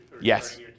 Yes